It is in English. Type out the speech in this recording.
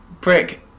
Brick